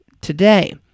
today